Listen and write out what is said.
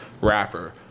rapper